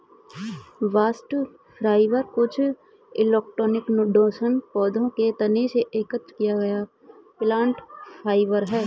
bast fibre कुछ dicotyledonous पौधों के तने से एकत्र किया गया प्लांट फाइबर है